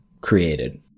created